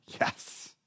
Yes